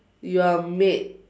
you are made